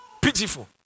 pitiful